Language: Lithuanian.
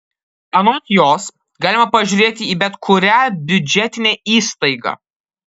anot jos galima pažiūrėti į bet kurią biudžetinę įstaigą